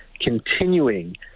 continuing